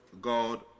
god